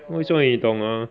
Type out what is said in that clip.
为什么你懂 ah